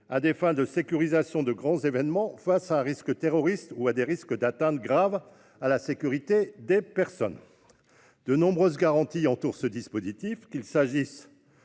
vue de la sécurisation des grands événements face à un risque terroriste ou d'atteinte grave à la sécurité des personnes. De nombreuses garanties entourent ce dispositif, qu'il s'agisse